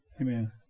Amen